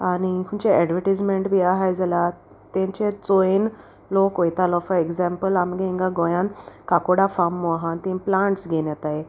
आनी खंयचे एडवर्टीजमेंट बी आहाय जाल्यार तेंचे चोयेन लोक वयतालो फॉर एग्जाम्पल आमगे हिंगा गोंयान काकोडा फाम मो आहा तें प्लांट्स घेन येताय